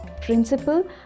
Principal